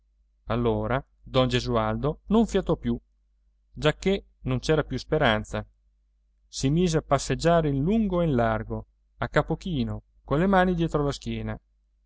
allora don gesualdo non fiatò più giacchè non c'era più speranza si mise a passeggiare in lungo e in largo a capo chino colle mani dietro la schiena